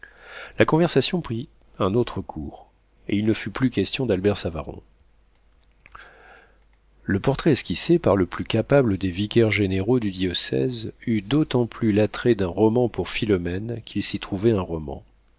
la conversation prit un autre cours et il ne fut plus question d'albert savaron le portrait esquissé par le plus capable des vicaires généraux du diocèse eut d'autant plus l'attrait d'un roman pour philomène qu'il s'y trouvait un roman